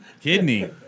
Kidney